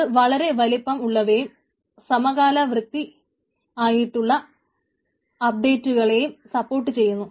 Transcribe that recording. അത് വളരെ വലിപ്പം ഉള്ളവയെയും സമകാലവർത്തി ആയിട്ടുള്ള അപ്ഡേറ്റുകളേയും സപ്പോർട്ട് ചെയ്യുന്നു